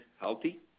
healthy